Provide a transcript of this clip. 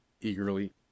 eagerly